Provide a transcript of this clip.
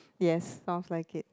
yes likes it